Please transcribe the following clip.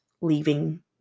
leaving